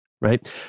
right